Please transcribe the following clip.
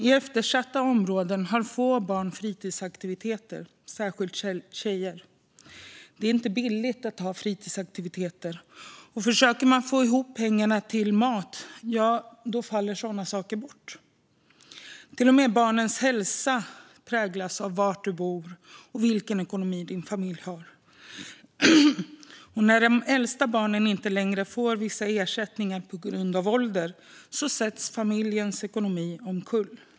I eftersatta områden har få barn fritidsaktiviteter, särskilt tjejer. Det är inte billigt att ha fritidsaktiviteter, och försöker man få ihop pengar till mat faller sådana saker bort. Till och med barnens hälsa präglas av var man bor och vilken ekonomi ens familj har. När de äldsta barnen inte längre får vissa ersättningar på grund av ålder går familjens ekonomi omkull.